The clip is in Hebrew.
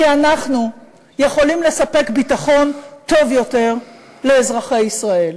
כי אנחנו יכולים לספק ביטחון טוב יותר לאזרחי ישראל.